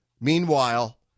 Meanwhile